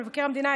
מבקר המדינה,